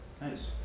Nice